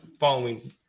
following